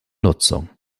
nutzung